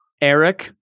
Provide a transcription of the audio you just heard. Eric